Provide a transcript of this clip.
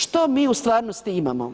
Što mi u stvarnosti imamo?